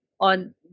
on